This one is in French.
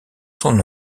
son